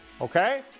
Okay